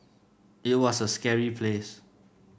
it was a scary place